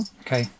Okay